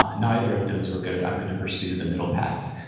ah neither of those were good. i'm going to pursue the middle path,